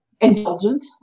indulgent